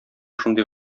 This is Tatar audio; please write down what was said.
шундый